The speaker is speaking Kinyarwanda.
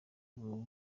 uwo